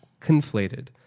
conflated